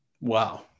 Wow